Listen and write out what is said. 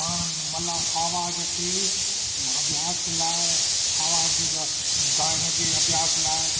पाण मतिलबु हाव भाव जेके मां अभ्यास लाइ आवाज़ु बि ॻाइण जे अभ्यास लाइ